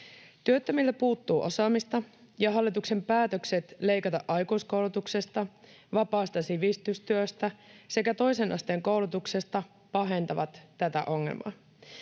Työttömiltä puuttuu osaamista, ja hallituksen päätökset leikata aikuiskoulutuksesta, vapaasta sivistystyöstä sekä toisen asteen koulutuksesta pahentavat tätä ongelmaa.